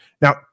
now